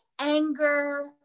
anger